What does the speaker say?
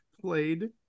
played